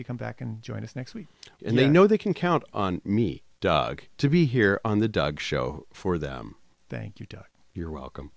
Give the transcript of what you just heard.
you come back and join us next week and they know they can count on me doug to be here on the dog show for them thank you doug you're welcome